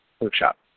workshop